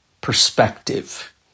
perspective